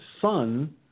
son